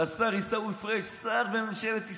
והשר עיסאווי פריג', שר בממשלת ישראל,